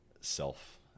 self